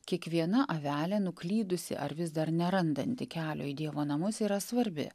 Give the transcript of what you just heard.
kiekviena avelė nuklydusi ar vis dar nerandanti kelio į dievo namus yra svarbi